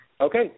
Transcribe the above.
Okay